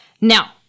Now